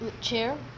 chair